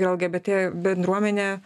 lgbt bendruomenė